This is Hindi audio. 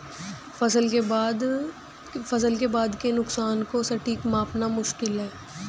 फसल के बाद के नुकसान को सटीक मापना मुश्किल है